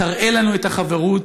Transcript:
תראה לנו את החברות,